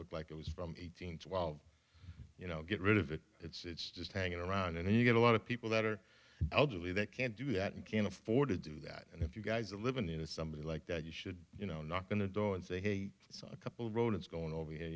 looked like it was from eighteen twelve you know get rid of it it's just hanging around and you get a lot of people that are elderly that can't do that and can't afford to do that and if you guys are living into somebody like that you should you know not going to do and say hey i saw a couple rodents going over